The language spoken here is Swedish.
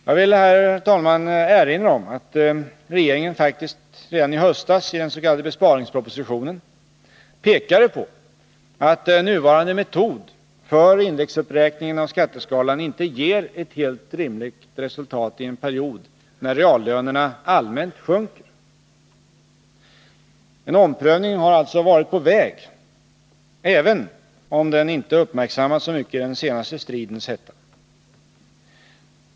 Jag vill här, herr talman, erinra om att regeringen faktiskt redan i höstas, i den s.k. besparingspropositionen, pekade på att nuvarande metod för indexuppräkning av skatteskalan inte ger ett helt rimligt resultat i en period när reallönerna allmänt sjunker. En omprövning har alltså varit på väg, även om den inte uppmärksammats så mycket i den senaste stridens hetta.